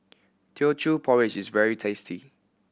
Teochew Porridge is very tasty